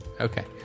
okay